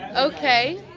ah okay